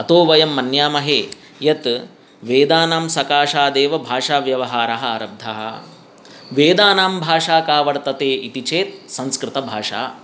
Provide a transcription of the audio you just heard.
अतो वयं मन्यामहे यत् वेदानां सकाशात् एव भाषाव्यवहाराः आरब्धः वेदानां भाषा का वर्तते इति चेत् संस्कृतभाषा